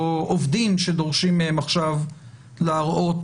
או עובדים שדורשים מהם עכשיו להראות,